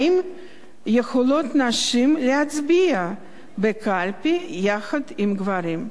האם יכולות נשים להצביע בקלפי יחד עם גברים?